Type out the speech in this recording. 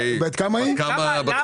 בת כמה שלומית?